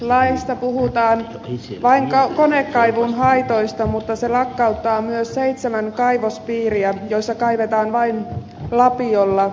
laissa puhutaan vain konekaivun haitoista mutta se lakkauttaa myös seitsemän kaivospiiriä joissa kaivetaan vain lapiolla